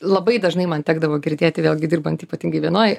labai dažnai man tekdavo girdėti vėlgi dirbant ypatingai vienoj